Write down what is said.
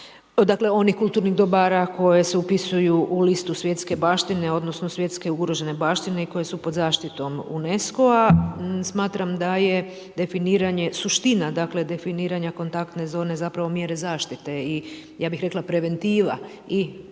dakle onih kulturnih dobara koje se upisuju u listu svjetske baštine, odnosno svjetske ugrožene baštine i koje su pod zaštitom UNESCO-a. smatram da je definiranje suština definiranja kontaktne zone zapravo mjere zaštite i ja bih rekla preventiva i